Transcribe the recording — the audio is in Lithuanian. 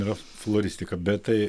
yra floristika bet tai